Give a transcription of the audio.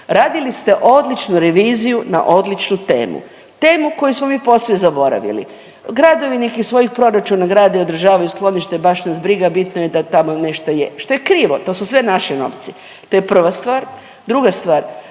Radili ste odličnu reviziju na odličnu temu. Temu koju smo mi posve zaboravili. Gradovi nek iz svojih proračuna grade i održavaju skloništa baš nas briga bitno da tamo nešto je što je krivo, to su sve naši novci. To je prva stvar. Druga stvar,